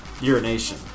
urination